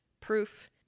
proof